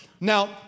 Now